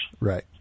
Right